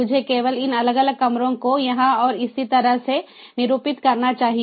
मुझे केवल इन अलग अलग कमरों को यहां और इसी तरह से निरूपित करना चाहिए